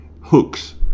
hooks